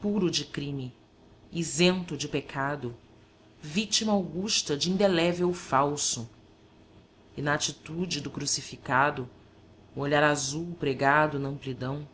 puro de crime isento de pecado vítima augusta de indelével falso e na atitude do crucificado o olhar azul pregado namplidão